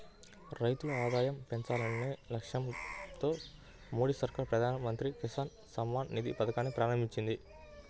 రైతుల ఆదాయం పెంచాలనే లక్ష్యంతో మోదీ సర్కార్ ప్రధాన మంత్రి కిసాన్ సమ్మాన్ నిధి పథకాన్ని ప్రారంభించింది